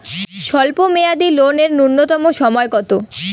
স্বল্প মেয়াদী লোন এর নূন্যতম সময় কতো?